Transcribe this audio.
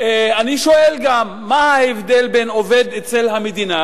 אני שואל גם מה ההבדל בין עובד אצל המדינה,